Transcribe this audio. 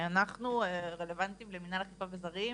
אנחנו רלוונטיים למינהל האכיפה וזרים,